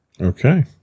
Okay